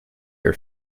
her